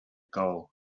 goal